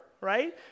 right